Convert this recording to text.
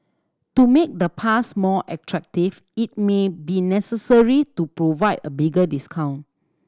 to make the pass more attractive it may be necessary to provide a bigger discount